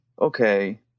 okay